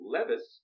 Levis